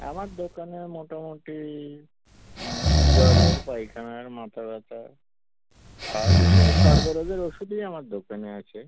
আমার দোকানে মোটামুটি জ্বরের পায়খানার মাথা ব্যথার আর মানে সর্বরোগের ওষুধই আমার দোকানে আছে